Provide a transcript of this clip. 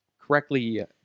correctly